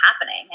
happening